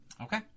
Okay